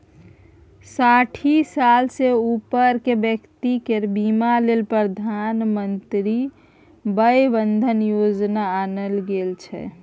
साठि साल सँ उपरक बेकती केर बीमा लेल प्रधानमंत्री बय बंदन योजना आनल गेल छै